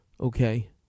okay